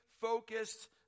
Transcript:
focused